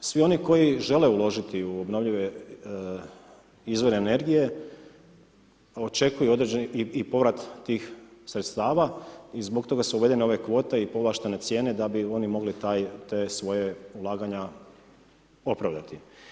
Svi oni koji žele uložiti u obnovljive izvore energije očekuju određen i povrat tih sredstava i zbog toga su uvedene ove kvote i povlaštene cijene, da bi oni mogli taj te svoje ulaganja opravdati.